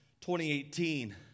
2018